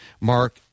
Mark